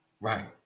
right